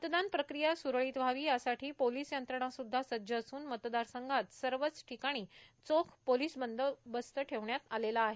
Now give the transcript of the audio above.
मतदान प्रक्रिया स्रळीत व्हावी यासाठी पोलीस यंत्रणा स्द्धा सज्ज असून मतदारसंघात सर्वच ठिकाणी चोख पोलीस बंदोबस्त ठेवण्यात आलेला आहे